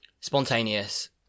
Spontaneous